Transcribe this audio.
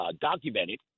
documented